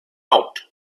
out